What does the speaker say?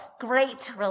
great